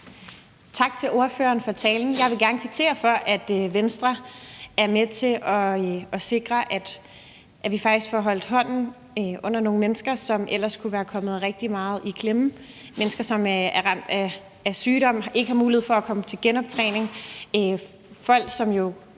Tak til ordføreren for talen. Jeg vil gerne kvittere for, at Venstre er med til at sikre, at vi faktisk får holdt hånden under nogle mennesker, som ellers kunne være kommet rigtig meget i klemme – mennesker, som er ramt af sygdom, og som ikke har mulighed for at komme til genoptræning, og folk, som